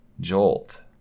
Jolt